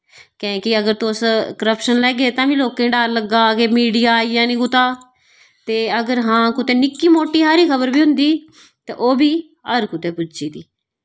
कैं कि अगर तुस करप्शन लैगे तां बी लोकें डर लग्गा दा के मीडिया आई जानी कुतै ते अगर हां कुतै निक्की मोटी हारी खबर बी होंदी ते ओह् बी हर कुतै पुज्जी दी